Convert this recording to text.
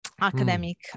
academic